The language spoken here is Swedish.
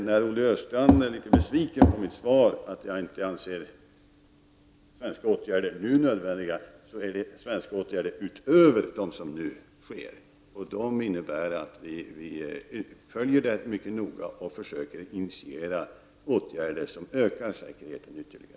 Olle Östrand var litet besviken över mitt svar, att jag anser att några åtgärder från Sveriges sida inte är nödvändiga nu. Men det gäller åtgärder utöver dem som nu vidtas. Dessa innebär att vi följer utvecklingen mycket noga och försöker initiera åtgärder som ökar säkerheten ytterligare.